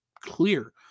clear